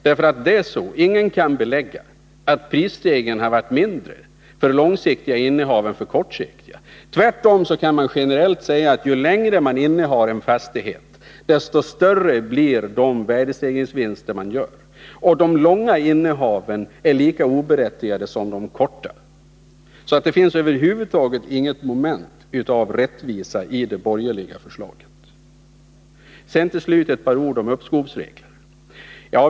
Ingen kan nämligen belägga att prisstegringarna har varit mindre vid långsiktiga innehav än vid kortsiktiga. Tvärtom kan man generellt säga att ju längre man innehar en fastighet, desto större blir de värdestegringsvinster som man gör. Och de långa innehaven är lika oberättigade som de korta. Så det finns över huvud taget inget inslag av rättvisa i det borgerliga förslaget. Till slut ett par ord om uppskovsreglerna.